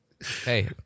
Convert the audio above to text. Hey